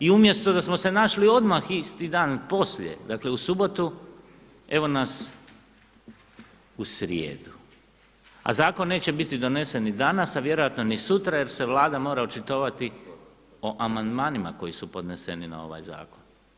I umjesto da smo se našli odmah isti dan poslije, dakle u subotu evo nas u srijedu, a zakon neće biti donesen ni danas, a vjerojatno ni sutra jer se Vlada mora očitovati o amandmanima koji su podneseni na ovaj zakon.